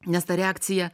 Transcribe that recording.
nes ta reakcija